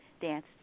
Dance